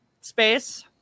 space